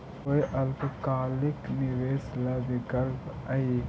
कोई अल्पकालिक निवेश ला विकल्प हई?